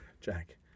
Jack